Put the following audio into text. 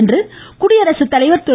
என்று குடியரசு தலைவர் திரு